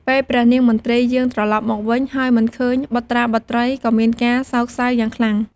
ពេលព្រះនាងមទ្រីយាងត្រឡប់មកវិញ ហើយមិនឃើញបុត្រាបុត្រី ក៏មានការសោកសៅយ៉ាងខ្លាំង។